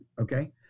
Okay